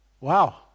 Wow